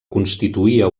constituïa